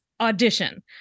Audition